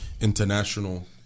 international